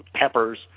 peppers